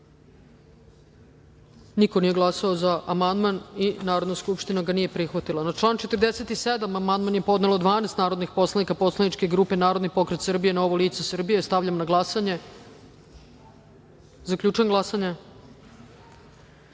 niko nije glasao za ovaj amandman. Narodna skupština ga nije prihvatila. Na član 83. amandman je podnelo 12 narodnih poslanika poslaničke grupe Narodni pokret Srbije – Novo lice Srbije. Stavljam na glasanje ovaj